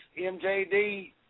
MJD